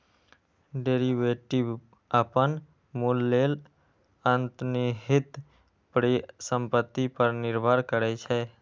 derivative अपन मूल्य लेल अंतर्निहित परिसंपत्ति पर निर्भर करै छै